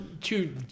two